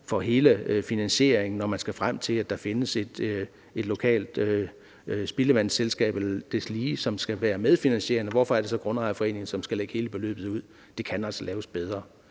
for hele finansieringen, når man skal frem til, at der findes et lokalt spildevandsselskab eller deslige, som skal være medfinansierende. Hvorfor er det så grundejerforeningen, som skal lægge hele beløbet ud? Det kan altså laves bedre.